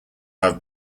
have